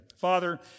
Father